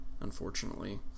unfortunately